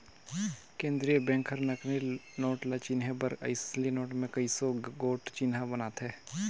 केंद्रीय बेंक हर नकली नोट ल चिनहे बर असली नोट में कइयो गोट चिन्हा बनाथे